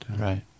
Right